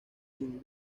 sin